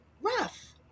rough